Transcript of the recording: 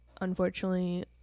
unfortunately